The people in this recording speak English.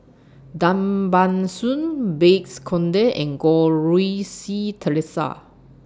Tan Ban Soon Bakes Conde and Goh Rui Si Theresa